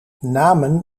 namen